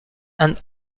and